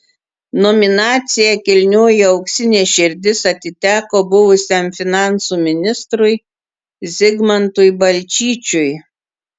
nominacija kilnioji auksinė širdis atiteko buvusiam finansų ministrui zigmantui balčyčiui